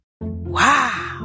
Wow